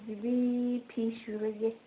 ꯑꯗꯨꯗꯤ ꯐꯤ ꯁꯨꯔꯒꯦ